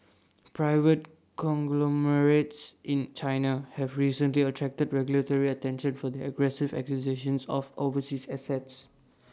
private conglomerates in China have recently attracted regulatory attention for their aggressive acquisitions of overseas assets